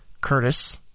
Curtis